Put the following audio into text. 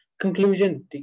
conclusion